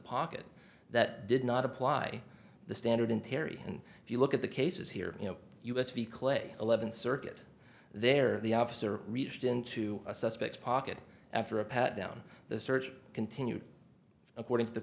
pocket that did not apply the standard in terry and if you look at the cases here you know u s v clay eleventh circuit there the officer reached into a suspect pocket after a pat down the search continued according to the